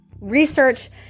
Research